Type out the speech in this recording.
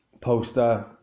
poster